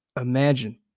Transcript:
imagine